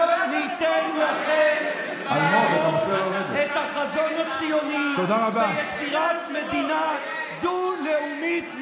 לא ניתן לכם להרוס את החזון הציוני ביצירת מדינה דו-לאומית מדממת.